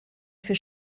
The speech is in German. für